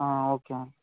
okay